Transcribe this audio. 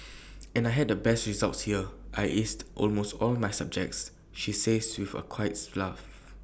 and I had the best results here I aced almost all my subjects she says with A quiet laugh